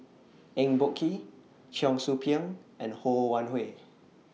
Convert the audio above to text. Eng Boh Kee Cheong Soo Pieng and Ho Wan Hui